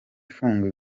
ifunga